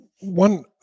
One